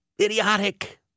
idiotic